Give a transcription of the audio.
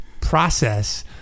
process